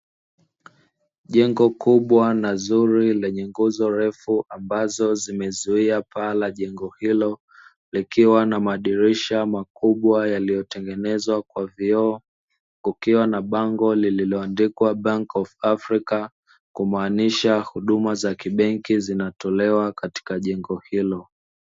Jengo kubwa na zuri lenye nguzo refu ambazo zimezuia paa la jengo hilo, likiwa na madirisha makubwa yaliyotengenezwa kwa, vioo. kukiwa na bango lililoandikwa Bank of Africa, kumaanisha huduma za kibenki zinatolewa katika jengo hilo.